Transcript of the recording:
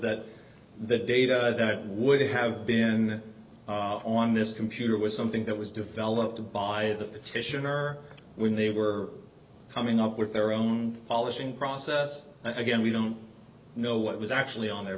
that the data would have been on this computer was something that was developed by the titian or when they were coming up with their own polishing process again we don't know what was actually on there